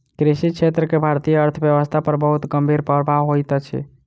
कृषि क्षेत्र के भारतीय अर्थव्यवस्था पर बहुत गंभीर प्रभाव होइत अछि